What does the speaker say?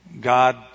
God